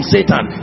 Satan